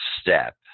step